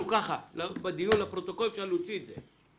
נאמר פה בדיון בפרוטוקול אפשר להוציא את זה,